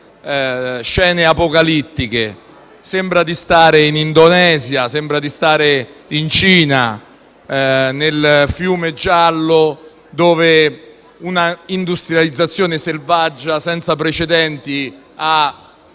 scene apocalittiche. Sembra di essere in Indonesia o in Cina, nel Fiume Giallo, dove una industrializzazione selvaggia, senza precedenti, ha